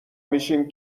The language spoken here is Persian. میشیم